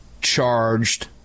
charged